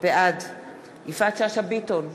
בעד יפעת שאשא ביטון,